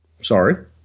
sorry